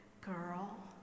girl